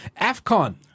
AFCON